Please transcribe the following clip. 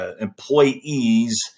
employee's